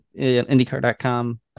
IndyCar.com